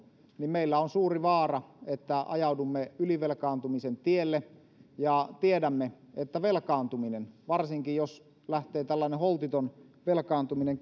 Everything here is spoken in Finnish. meillä on suuri vaara että ajaudumme ylivelkaantumisen tielle ja tiedämme että velkaantuminen varsinkin jos lähtee tällainen holtiton velkaantuminen